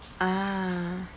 ah